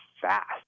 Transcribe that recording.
fast